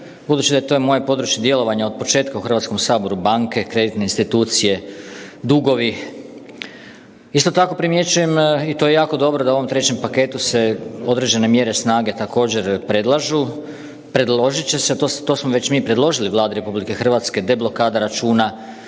budući da je to moje područje djelovanja od početka u Hrvatskom saboru banke, kreditne institucije, dugovi. Isto tako primjećujem i to je jako dobro da u ovom trećem paketu se određene mjere snage također predlažu, predložit će se to smo već mi predložili Vladi RH deblokada računa,